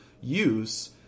use